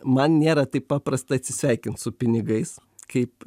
man nėra taip paprasta atsisveikint su pinigais kaip